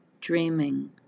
Dreaming